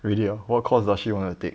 really ah what course does she wanna take